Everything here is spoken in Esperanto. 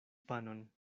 panon